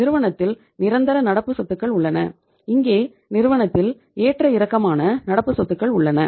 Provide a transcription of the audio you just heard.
நிறுவனத்தில் நிரந்தர நடப்பு சொத்துக்கள் உள்ளன இங்கே நிறுவனத்தில் ஏற்ற இறக்கமான நடப்பு சொத்துக்கள் உள்ளன